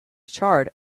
charred